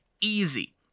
easy